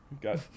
got